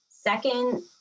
Second